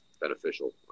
beneficial